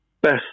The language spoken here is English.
best